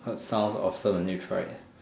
what sound offer the news right